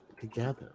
together